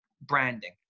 branding